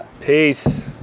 Peace